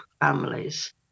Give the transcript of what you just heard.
families